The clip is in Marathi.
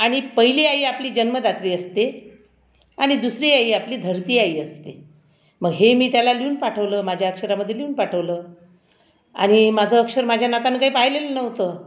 आणि पहिली आई आपली जन्मदात्री असते आणि दुसरी आई ही आपली धरती आई असते मग हे मी त्याला लिहून पाठवलं माझ्या अक्षरामध्ये लिहून पाठवलं आणि माझं अक्षर माझ्या नातवानं काही पाहिलेलं नव्हतं